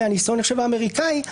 מהניסיון האמריקאי,